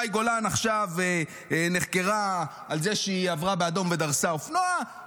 מאי גולן עכשיו נחקרה על זה שהיא עברה באדום ודרסה אופנוען,